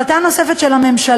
כל הדברים האלה גם